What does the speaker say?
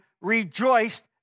rejoiced